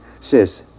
Sis